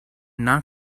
not